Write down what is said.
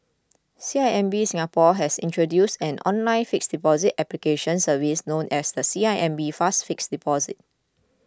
C I M B Singapore has introduced an online fixed deposit application service known as the C I M B Fast Fixed Deposit